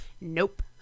nope